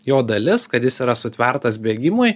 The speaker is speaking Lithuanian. jo dalis kad jis yra sutvertas bėgimui